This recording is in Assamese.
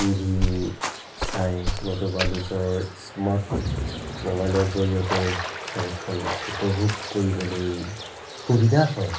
টি ভি চাই নতুবা নিজৰ স্মাৰ্ট মোবাইলৰ জৰিয়তে খেলখন উপভোগ কৰিবলৈ সুবিধা হয়